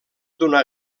donar